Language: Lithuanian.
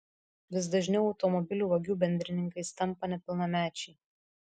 vis dažniau automobilių vagių bendrininkais tampa nepilnamečiai